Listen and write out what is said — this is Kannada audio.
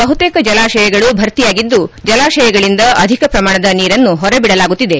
ಬಹುತೇಕ ಜಲಾಶಯಗಳು ಭರ್ತಿಯಾಗಿದ್ದು ಜಲಾಶಯಗಳಿಂದ ಅಧಿಕ ಪ್ರಮಾಣದ ನೀರನ್ನು ಹೊರ ಬಿಡಲಾಗುತ್ತಿದೆ